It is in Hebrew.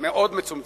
מאוד מצומצמת.